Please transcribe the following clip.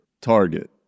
target